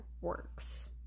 works